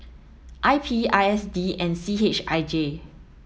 I P I S D and C H I J